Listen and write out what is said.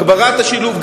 הגברת השילוב,